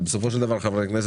אין לי מילה אחרת